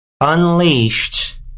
unleashed